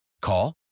call